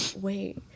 wait